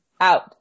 out